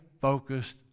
focused